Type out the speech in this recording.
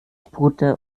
pute